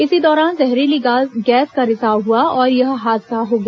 इसी दौरान जहरीली गैस का रिसाव हुआ और यह हादसा हो गया